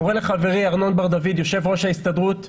קורא לחברי ארנון בר-דוד, יושב ראש ההסתדרות,